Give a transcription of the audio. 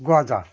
গজা